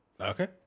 Okay